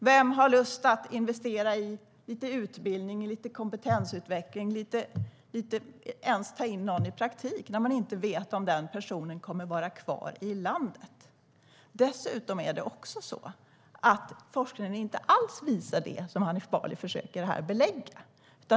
Vem har lust att investera i lite utbildning och lite kompetensutveckling, eller ens att ta in någon på praktik, om man inte vet om personen kommer att vara kvar i landet? Dessutom visar forskningen inte alls det Hanif Bali här försöker belägga.